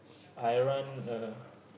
I run a